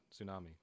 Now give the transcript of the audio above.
tsunami